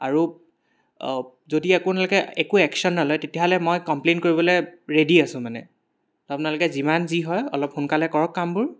আৰু যদি আপোনালোকে একো একশ্যন নলয় তেতিয়াহ'লে মই কমপ্লে'ন কৰিবলৈ ৰেডি আছো মানে আপোনালোকে যিমান যি হয় অলপ সোনকালে কৰক কামবোৰ